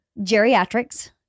geriatrics